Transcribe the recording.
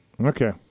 Okay